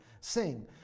sing